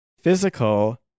physical